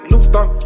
Luther